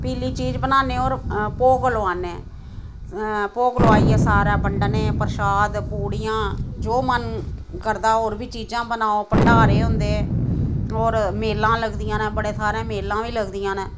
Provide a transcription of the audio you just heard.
पीली चीज बनाने होर भोग लोआने भोग लोआइयै सारे बंडने परशाद पुड़ियां जो मन करदा होर बी चीजां बनाओ भंडारे होंदे होर मेलां लगदियां न बड़े थाहरें मेलां बी लगदियां न